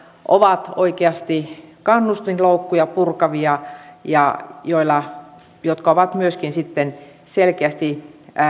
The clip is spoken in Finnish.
ovat oikeasti kannustinloukkuja purkavia ja jotka ovat myöskin sitten selkeästi